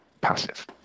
passive